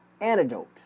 antidote